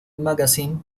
magazine